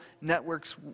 networks